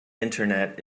internet